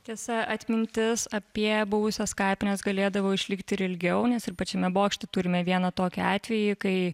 tiesa atmintis apie buvusias kapines galėdavo išlikti ir ilgiau nes ir pačiame bokšte turime vieną tokį atvejį kai